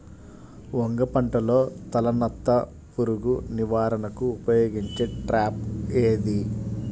వంగ పంటలో తలనత్త పురుగు నివారణకు ఉపయోగించే ట్రాప్ ఏది?